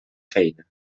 feina